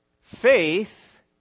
faith